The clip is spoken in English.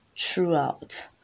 throughout